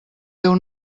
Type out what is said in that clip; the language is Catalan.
teu